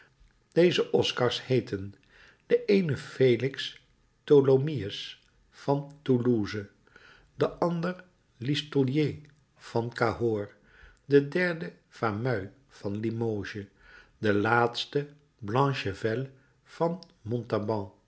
deze oscars heetten de eene felix tholomyès van toulouse de andere listolier van cahors de derde fameuil van limoges de laatste blachevelle van